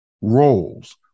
roles